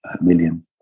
million